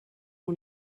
nhw